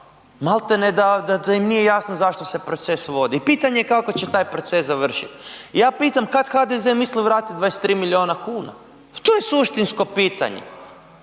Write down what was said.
maltene da im nije jasno zašto se proces vodi. I pitanje je kako će taj proces završiti. Ja pitam kad HDZ misli vratiti 23 miliona kuna? Pa to je suštinsko pitanje,